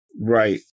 Right